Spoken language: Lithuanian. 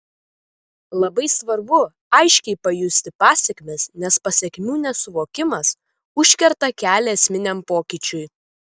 labai svarbu aiškiai pajusti pasekmes nes pasekmių nesuvokimas užkerta kelią esminiam pokyčiui